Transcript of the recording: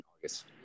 August